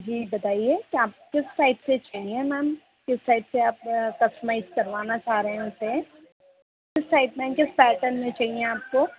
जी बताइए कि आप किस टाइप से चाहिए मैम किस टाइप से आप कस्टमाइज़ करवाना चाह रहें उसे किस टाइप में किस पैटर्न में चाहिए आपको